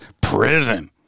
prison